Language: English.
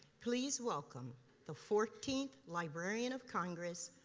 please welcome the fourteenth librarian of congress,